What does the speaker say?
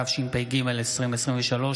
התשפ"ג 2023,